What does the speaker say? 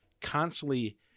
constantly